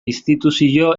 instituzio